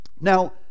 Now